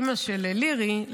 אימא של לירי,